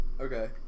Okay